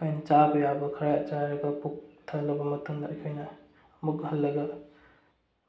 ꯑꯩꯈꯣꯏꯅ ꯆꯥꯕ ꯌꯥꯕ ꯈꯔ ꯆꯥꯔꯒ ꯄꯨꯛ ꯊꯜꯂꯕ ꯃꯇꯨꯡꯗ ꯑꯩꯈꯣꯏꯅ ꯑꯃꯨꯛ ꯍꯜꯂꯒ